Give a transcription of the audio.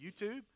YouTube